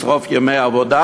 לשרוף ימי עבודה,